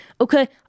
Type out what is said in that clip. Okay